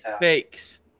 fakes